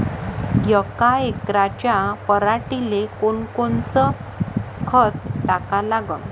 यका एकराच्या पराटीले कोनकोनचं खत टाका लागन?